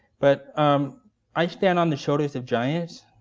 but um i stand on the shoulders of giants.